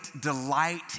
delight